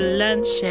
lunch